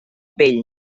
pell